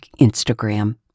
Instagram